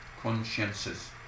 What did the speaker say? consciences